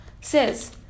says